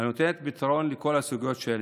הנותנת פתרון לכל הסוגיות שהעליתי.